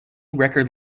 record